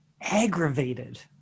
aggravated